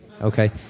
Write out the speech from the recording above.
okay